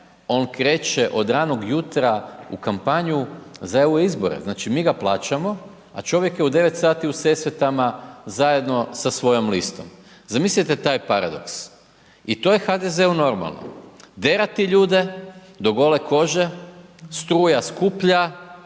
on kreće od ranog jutra u kampanju za EU izbore. Znači mi ga plaćamo, a čovjek je u 9 sati u Sesvetama zajedno sa svojom listom. Zamislite taj paradoks. I to je HDZ-u normalno. Derati ljude do gole kože, struja skuplja,